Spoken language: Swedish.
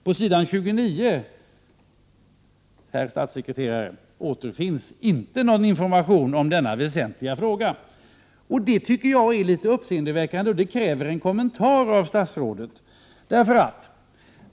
På s. 29, herr statssekreterare, återfinns inte någon information om denna väsentliga fråga. Det tycker jag är litet uppseendeväckande, och det kräver en kommentar av statsrådet.